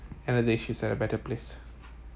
end of the day she's at a better place